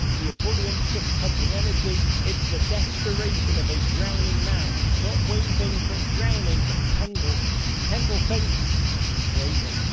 the ebullient, fist-pumping energy. it's the desperation of a drowning man, not waving but drowning. but kendall kendall thinks he's waving.